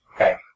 Okay